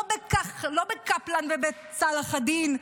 לא בקפלן ובצלאח א-דין,